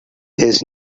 his